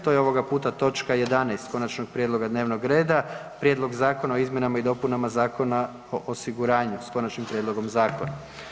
To je ovoga puta točka 11. konačnog prijedloga dnevnog reda Prijedlog zakona o izmjenama i dopunama Zakona o osiguranju s konačnim prijedlogom zakona.